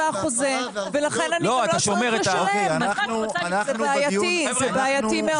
זה בעייתי מאוד.